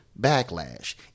Backlash